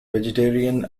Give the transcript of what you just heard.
vegetarian